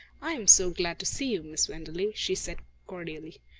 i am so glad to see you, miss wenderley, she said cordially.